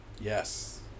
Yes